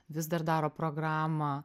vis dar daro programą